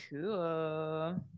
Cool